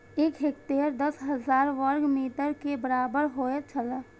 एक हेक्टेयर दस हजार वर्ग मीटर के बराबर होयत छला